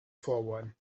forward